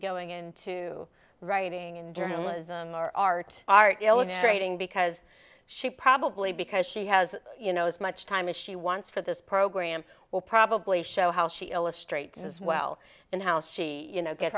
going into writing and journalism or art art illustrating because she probably because she has you know as much time as she wants for this program will probably show how she illustrates as well and how she you know get